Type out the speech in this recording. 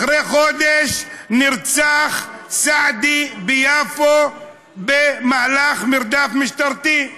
אחרי חודש נרצח סעדי ביפו במהלך מרדף משטרתי.